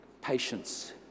patience